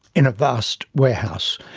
in a vast warehouse.